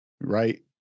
right